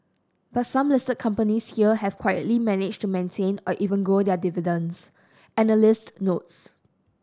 but some listed companies here have quietly managed to maintain or even grow their dividends analysts notes